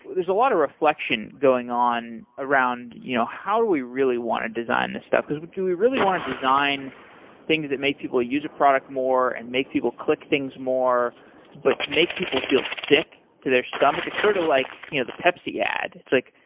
there's a lot of reflection going on around you know how do we really want to design this stuff? but do we really want to design things that make people use a product more and make people click things more but make people feel sick to their stomach? it's sort of like you know the pepsi ad. it's like,